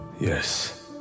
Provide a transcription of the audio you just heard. Yes